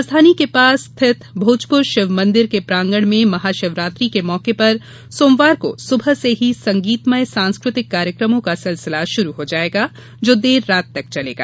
राजधानी के समीप स्थित भोजपुर शिव मंदिर के प्रांगण में महाशिवरात्रि के मौके पर सोमवार को सुबह से ही संगीतमय सांस्कृतिक कार्यक्रमों का सिलसिला शुरू हो जायेगा जो देर रात तक चलेगा